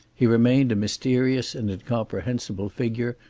he remained a mysterious and incomprehensible figure,